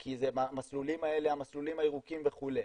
זה המסלולים הירוקים וכו'.